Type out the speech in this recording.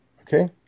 Okay